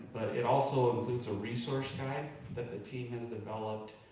it also includes a resource guide that the team has developed.